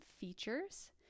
Features